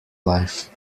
life